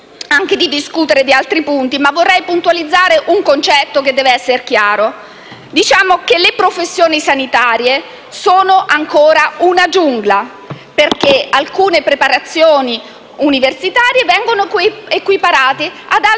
anche di altri aspetti, ma vorrei puntualizzare un concetto che deve essere chiaro. Diciamo che le professioni sanitarie sono ancora una giungla, perché alcune preparazioni universitarie vengono equiparate ad altri